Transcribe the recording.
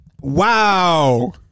Wow